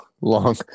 long